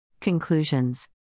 Conclusions